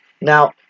Now